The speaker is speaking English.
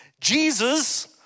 Jesus